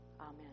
Amen